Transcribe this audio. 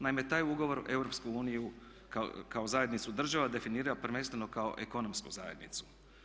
Naime, taj ugovor EU kao zajednicu država definira prvenstveno kao ekonomsku zajednicu.